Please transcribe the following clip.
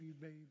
baby